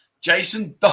Jason